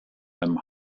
einem